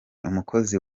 umukozi